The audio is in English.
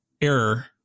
error